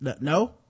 no